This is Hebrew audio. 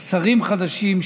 או שרים חדשים,